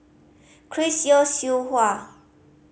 Chris Yeo Siew Hua